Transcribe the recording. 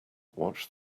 watch